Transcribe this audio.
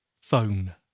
Phone